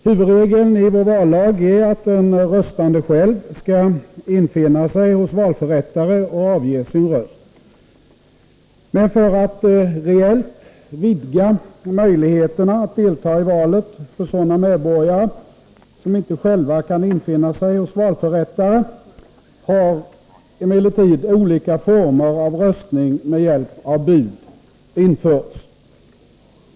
Huvudregeln i vår vallag är att den röstande själv skall infinna sig hos valförrättare och avge sin röst. För att reellt vidga möjligheterna att delta i valet för sådana medborgare som inte själva kan infinna sig hos valförrättare har emellertid olika former av röstning med hjälp av bud införts.